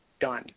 done